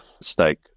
stake